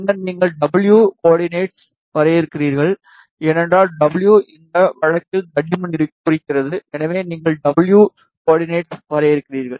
பின்னர் நீங்கள் W கோஆர்டினேட்ஸ்களை வரையறுக்கிறீர்கள் ஏனென்றால் W இந்த வழக்கில் தடிமன் குறிக்கிறது எனவே நீங்கள் W கோஆர்டினேட்ஸ் வரையறுக்கிறீர்கள்